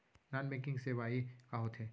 Non banking सेवाएं का होथे?